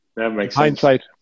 hindsight